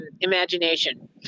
imagination